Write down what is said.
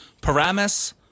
Paramus